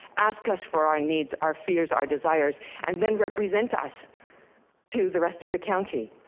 ask us for our needs, our fears, our desires, and then represent us to the rest of the county.